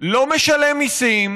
לא משלם מיסים,